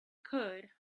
could